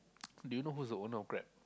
do you know who is the owner of Grab